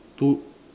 two